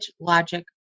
logic